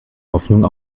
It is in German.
hoffnung